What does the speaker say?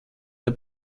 der